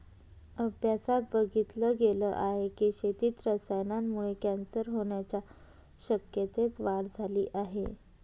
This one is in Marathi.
अभ्यासात बघितल गेल आहे की, शेतीत रसायनांमुळे कॅन्सर होण्याच्या शक्यतेत वाढ झाली आहे